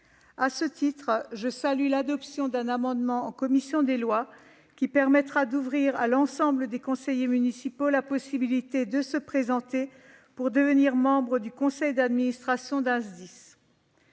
À ce titre, je salue l'adoption d'un amendement en commission des lois, qui vise à ouvrir à l'ensemble des conseillers municipaux la possibilité de se présenter pour devenir membre du conseil d'administration d'un